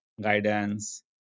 guidance